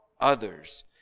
others